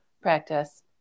practice